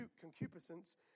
concupiscence